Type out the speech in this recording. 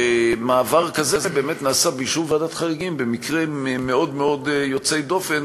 ושמעבר כזה באמת נעשה בלי שום ועדת חריגים במקרה מאוד מאוד יוצא דופן,